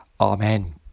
Amen